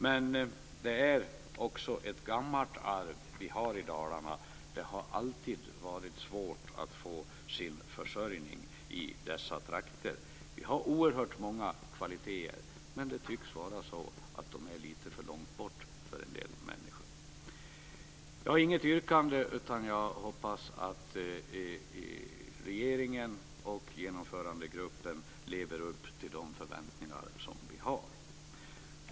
Men vi har också ett gammalt arv i Dalarna. Det har alltid varit svårt att klara sin försörjning i dessa trakter. Vi har oerhört många kvaliteter, men de tycks vara lite för långt bort för en del människor. Jag har inget yrkande, utan jag hoppas att regeringen och Genomförandegruppen lever upp till de förväntningar som vi har.